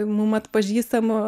mum atpažįstamu